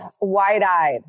Wide-eyed